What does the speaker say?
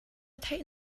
theih